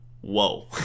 whoa